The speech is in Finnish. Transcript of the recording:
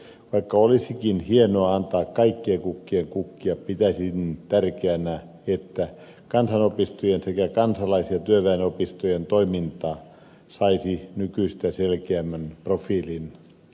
vaikka olisikin hienoa antaa kaikkien kukkien kukkia pitäisin tärkeänä että kansanopistojen sekä kansalais ja työväenopistojen toiminta saisi nykyistä selkeämmän profiilin